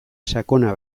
sakona